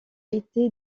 été